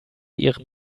ihrem